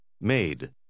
Made